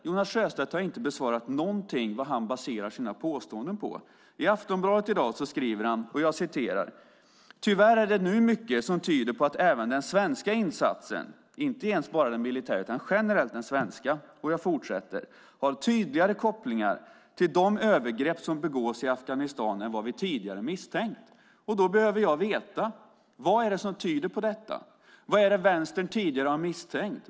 Jonas Sjöstedt har inte besvarat någonting vad han baserar sina påståenden på. I Aftonbladet i dag skriver han: "Tyvärr är det nu mycket som tyder på att även den svenska insatsen" - inte ens bara den militära utan generellt den svenska - "har tydligare kopplingar till de övergrepp som begås i Afghanistan än vad vi tidigare misstänkt." Då behöver jag veta: Vad är det som tyder på detta? Vad är det Vänstern tidigare har misstänkt?